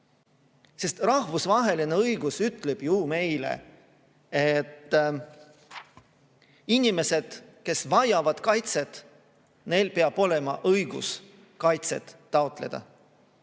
Rahvusvaheline õigus ütleb ju meile, et inimestel, kes vajavad kaitset, peab olema õigus kaitset taotleda.